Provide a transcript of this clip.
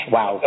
Wow